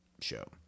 show